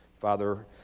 Father